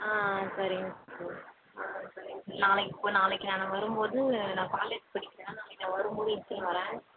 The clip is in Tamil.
ஆ ஆ சரிங்க சார் ஆ சரிங்க சார் நாளைக்கு இப்போது நாளைக்கு நான் வரும் போது நான் காலேஜ் படிக்கிறேன் நாளைக்கு நான் வரும் போது எடுத்துன்னு வரேன்